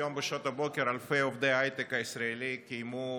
היום בשעות הבוקר אלפי עובדי ההייטק הישראלי קיימו